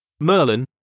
Merlin